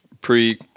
pre